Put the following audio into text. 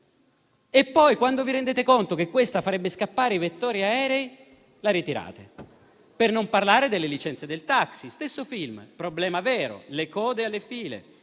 e poi, quando vi rendete conto che questa farebbe scappare i vettori aerei, la ritirate. Per non parlare delle licenze del taxi: stesso film. Problema vero: le code alle